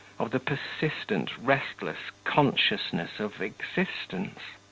of the persistent, restless consciousness of existence!